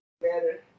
better